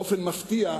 באופן מפתיע,